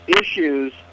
issues